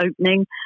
opening